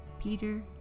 Peter